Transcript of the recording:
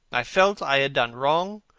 i felt i had done wrong.